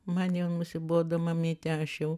man jau nusibodo mamyte aš jau